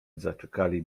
zaczekali